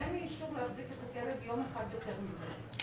אין לי אישור להחזיק את הכלב יום אחד יותר מזה".